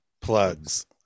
plugs